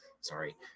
sorry